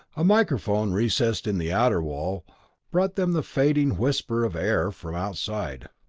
a microphone recessed in the outer wall brought them the fading whisper of air from outside.